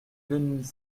denis